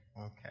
Okay